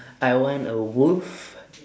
I want a wolf